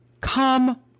Come